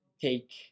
take